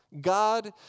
God